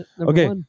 Okay